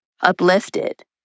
uplifted